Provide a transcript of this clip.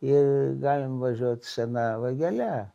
ir galim važiuot sena vagele